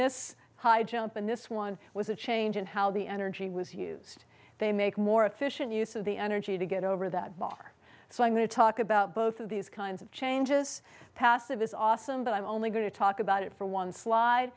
this high jump and this one was a change in how the energy was used they make more efficient use of the energy to get over that bar so i'm going to talk about both of these kinds of changes passive is awesome but i'm only going to talk about it for one slide